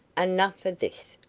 enough of this,